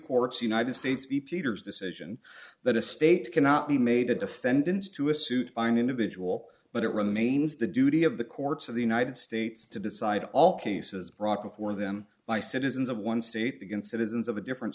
court's united states v peters decision that a state cannot be made a defendant to a suit by an individual but it remains the duty of the courts of the united states to decide all cases brought before them by citizens of one state against citizens of a different